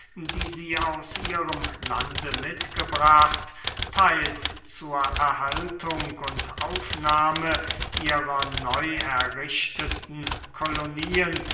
die sie aus ihrem lande mitgebracht theils zur erhaltung und aufnahme ihrer neu errichteten kolonien